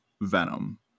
venom